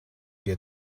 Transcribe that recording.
wir